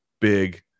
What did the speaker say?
big